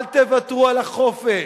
אל תוותרו על החופש,